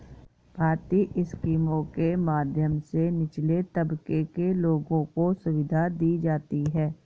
भारतीय स्कीमों के माध्यम से निचले तबके के लोगों को सुविधा दी जाती है